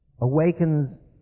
awakens